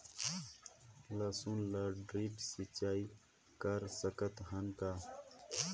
लसुन ल ड्रिप सिंचाई कर सकत हन का?